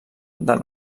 del